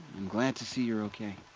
i'm glad to see you're okay.